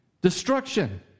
destruction